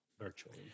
virtually